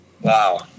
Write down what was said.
Wow